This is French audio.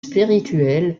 spirituel